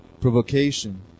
provocation